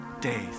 days